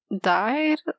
died